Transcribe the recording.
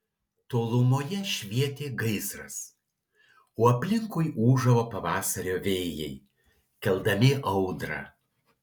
tolumoje švietė gaisras o aplinkui ūžavo pavasario vėjai keldami audrą